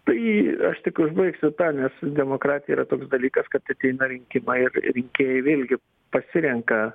tai aš tik užbaigsiu tą nes demokratija yra toks dalykas kad ateina rinkimai ir rinkėjai vėlgi pasirenka